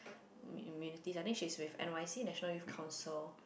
immunity I think she is with n_y_c National Youth Council